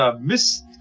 Miss